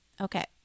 Okay